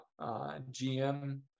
gm